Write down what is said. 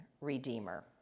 redeemer